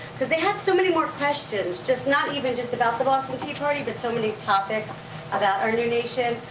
cause they had so many more questions, just not even just about the boston tea party, but so many topics about our new nation.